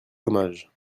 hommage